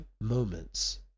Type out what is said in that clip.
moments